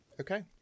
Okay